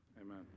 Amen